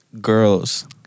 Girls